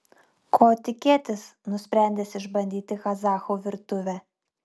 ko tikėtis nusprendęs išbandyti kazachų virtuvę